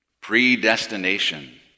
Predestination